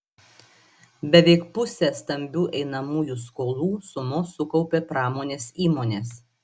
beveik pusę stambių einamųjų skolų sumos sukaupė pramonės įmonės